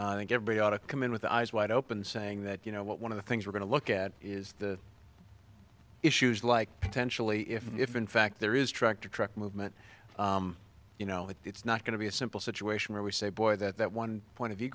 and everybody ought to come in with eyes wide open saying that you know what one of the things we're going to look at is the issues like potentially if in fact there is tractor truck movement you know it's not going to be a simple situation where we say boy that one point of view